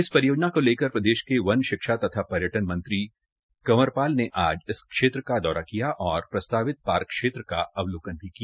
इस परियोजना को लेकर प्रदेश के वन शिक्षा तथा पर्यटन मंत्री कंवर पाल ने आज इस क्षेत्र का दौरा किया और प्रस्तावित पार्क क्षेत्र का अवलोकन भी किया